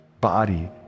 body